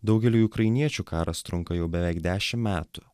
daugeliui ukrainiečių karas trunka jau beveik dešim metų